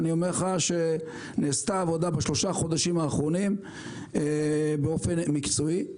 אני אומר לך שנעשתה עבודה בשלושת החודשים האחרונים באופן מקצועי.